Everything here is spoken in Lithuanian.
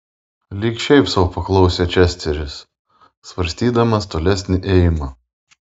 lyg šiaip sau paklausė česteris svarstydamas tolesnį ėjimą